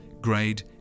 grade